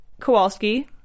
Kowalski